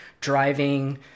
driving